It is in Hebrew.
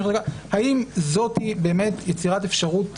האם זו באמת יצירת אפשרות